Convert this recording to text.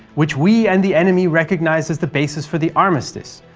which we and the enemy recognized as the basis for the armistice?